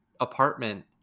apartment